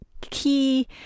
key